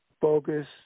focus